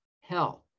health